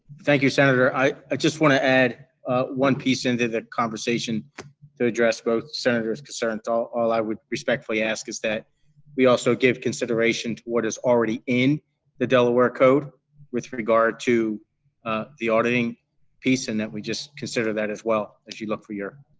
thank you, senator. i just want to add one piece into the conversation to address both senator's concerns. all all i would respectfully ask is that we also give consideration to what is already in the delaware code with regard to ah auditing piece and that we just consider that, as well, as you look for your